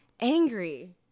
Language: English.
angry